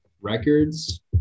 records